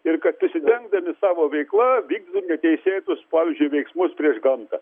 ir kad prisidengdami savo veikla vykdytų neteisėtus pavyzdžiui veiksmus prieš gamtą